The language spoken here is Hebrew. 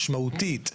משמעותית,